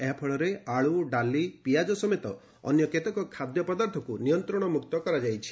ଏହାଫଳରେ ଆଳୁ ଡାଲି ପିଆଜ ସମେତ ଅନ୍ୟ କେତେକ ଖାଦ୍ୟ ପଦାର୍ଥକ୍ ନିୟନ୍ତ୍ରଣମ୍ରକ୍ତ କରାଯାଇଛି